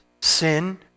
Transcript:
Sin